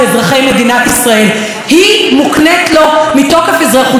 היא מוקנית לו מתוקף אזרחותו פעם בארבע שנים,